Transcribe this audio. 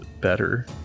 better